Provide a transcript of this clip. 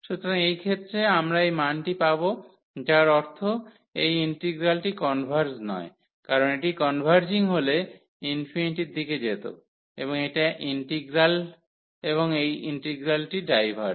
সুতরাং এই ক্ষেত্রে আমরা এই মানটি পাব যার অর্থ এই ইন্টিগ্রালটি কনভার্জ নয় কারণ এটি কনভারর্জিং হলে ∞ এর দিকে যেত এবং এটা ইন্টিগ্রাল ডাইভার্জ